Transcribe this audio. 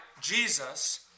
Jesus